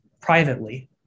privately